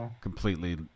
completely